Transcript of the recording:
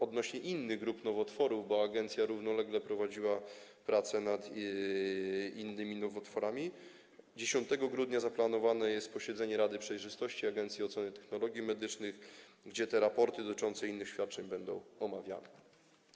Odnośnie do innych grup nowotworów, bo agencja równolegle prowadziła prace nad innymi nowotworami, 10 grudnia zaplanowane jest posiedzenie Rady Przejrzystości Agencji Oceny Technologii Medycznych i Taryfikacji, gdzie będą omawiane raporty dotyczące innych świadczeń.